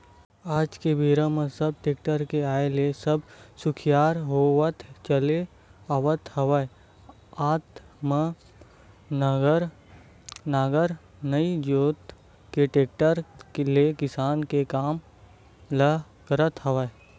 आज के बेरा म सब टेक्टर के आय ले अब सुखियार होवत चले जावत हवय हात म नांगर नइ जोंत के टेक्टर ले किसानी के काम ल करत हवय